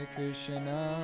Krishna